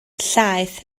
llaeth